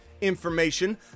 information